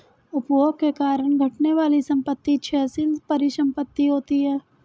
उपभोग के कारण घटने वाली संपत्ति क्षयशील परिसंपत्ति होती हैं